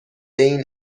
این